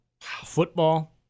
football